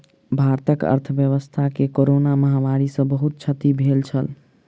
भारतक अर्थव्यवस्था के कोरोना महामारी सॅ बहुत क्षति भेल छल